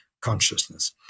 consciousness